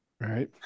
Right